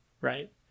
right